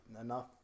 enough